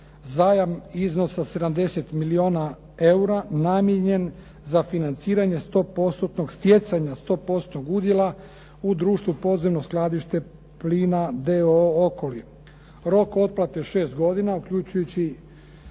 zajam iznosa 70 milijuna eura namijenjen za financiranje, stjecanja stopostotnog udjela u društvu "Podzemno skladište plina d.o.o. Okoli". Rok otplate šest godina, uključujući